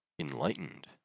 enlightened